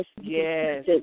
yes